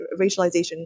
racialization